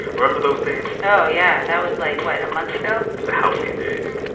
remember those days? oh, yeah. that was, like what? a month ago the halcyon days.